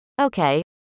Okay